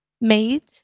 made